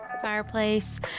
fireplace